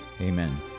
Amen